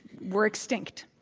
we're extinct.